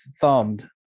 thumbed